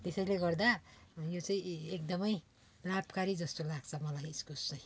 त्यसैले गर्दा यो चाहिँ एकदम लाभकारी जस्तो लाग्छ मलाई इस्कुस चाहिँ